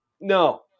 No